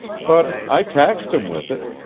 but i taxed him with it.